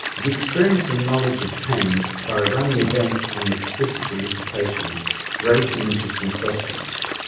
the experience and knowledge obtained by running events on explicit elicitation raise some interesting questions.